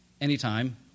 anytime